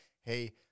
Hey